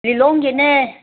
ꯂꯤꯂꯣꯡꯒꯤꯅꯦ